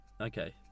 Okay